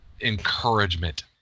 encouragement